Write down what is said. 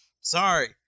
Sorry